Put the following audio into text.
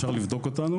אפשר לבדוק אותנו